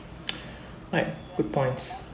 like good points